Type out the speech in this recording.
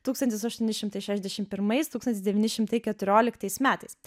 tūkstantis aštuoni šimtai šešiasdešimt pirmais tūkstantis devyni šimtai keturioliktais metais